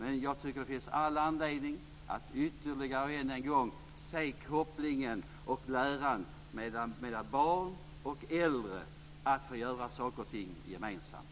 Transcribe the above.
Men jag tycker att det finns all anledning att ytterligare en gång se nyttan av att barn och äldre får göra saker och ting gemensamt.